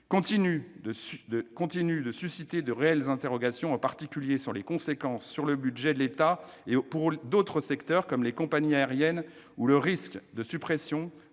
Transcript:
continuent de susciter de réelles interrogations, en particulier sur les conséquences sur le budget de l'État et pour d'autres acteurs, comme les compagnies aériennes, ainsi que sur le risque de suppression